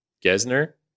Gesner